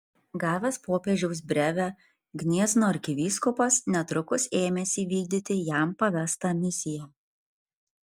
gavęs popiežiaus brevę gniezno arkivyskupas netrukus ėmėsi vykdyti jam pavestą misiją